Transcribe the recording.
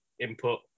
input